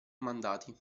mandati